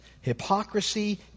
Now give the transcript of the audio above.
hypocrisy